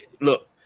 Look